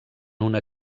una